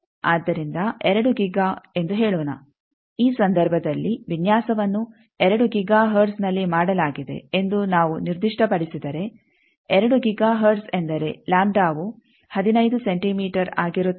ಆದ್ದರಿಂದ 2 ಗಿಗಾ ಎಂದು ಹೇಳೋಣ ಈ ಸಂದರ್ಭದಲ್ಲಿ ವಿನ್ಯಾಸವನ್ನು 2 ಗಿಗಾ ಹರ್ಟ್ಜ್ನಲ್ಲಿ ಮಾಡಲಾಗಿದೆ ಎಂದು ನಾವು ನಿರ್ದಿಷ್ಟಪಡಿಸಿದರೆ 2 ಗಿಗಾ ಹರ್ಟ್ಜ್ ಎಂದರೆ ಲಾಂಬ್ಡಾವು 15 ಸೆಂಟಿಮೀಟರ್ ಆಗಿರುತ್ತದೆ